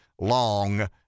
long